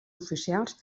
oficials